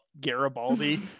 garibaldi